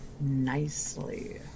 nicely